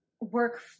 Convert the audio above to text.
work